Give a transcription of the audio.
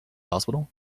hospital